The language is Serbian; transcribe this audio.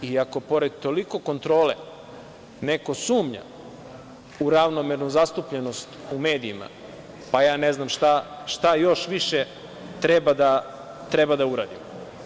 Ako i pored tolike kontrole neko sumnja u ravnomernu zastupljenost u medijima, pa ja ne znam šta još više treba da uradimo.